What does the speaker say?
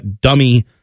dummy